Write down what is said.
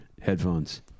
headphones